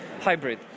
hybrid